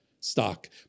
stock